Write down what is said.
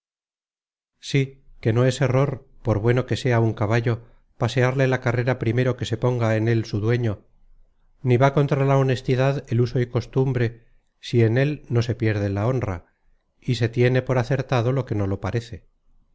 que no es error por bueno que sea un caballo pasearle la carrera primero que se ponga en él su dueño ni va contra la honestidad el uso y costumbre si en él no se pierde la honra y se tiene por acertado lo que no lo parece